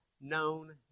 known